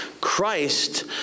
Christ